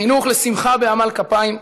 חינוך לשמחה בעמל כפיים,